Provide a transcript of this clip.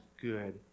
good